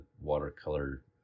watercolor